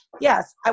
Yes